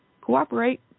cooperate